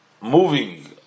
Moving